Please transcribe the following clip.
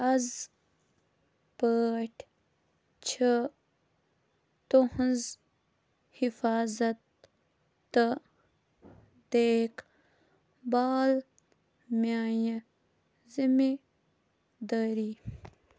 اَز پٲٹھۍ چھِ تُہٕنٛز حِفاظت تہٕ دیکھ بھال میٛانہِ ذِمہٕ دٲری